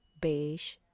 beige